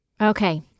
Okay